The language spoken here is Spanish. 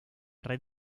red